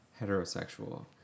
heterosexual